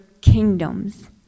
kingdoms